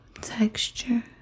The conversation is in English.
texture